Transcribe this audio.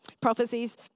prophecies